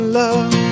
love